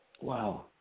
Wow